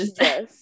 Yes